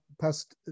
past